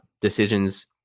decisions